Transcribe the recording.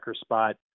spot